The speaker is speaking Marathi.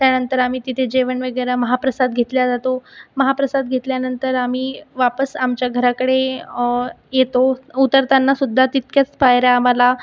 त्यानंतर आम्ही तिथे जेवन वगैरे महाप्रसाद घेतल्या जातो महाप्रसाद घेतल्यानंतर आम्ही वापस आमच्या घराकडे येतो उतरतानासुद्धा तितक्याच पायऱ्या आम्हाला